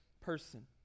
person